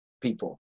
people